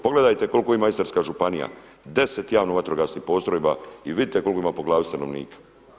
Pogledajte koliko ima Istarska županija, 10 javnih vatrogasnih postrojba i vidite koliko ima po glavi stanovnika.